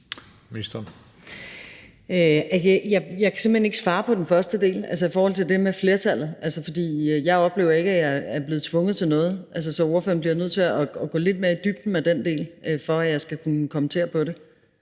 hen ikke svare på den første del i forhold til det med flertallet, for jeg oplever ikke, at jeg er blevet tvunget til noget. Så ordføreren bliver nødt til at gå lidt mere i dybden med den del, for at jeg skal kunne kommentere på det.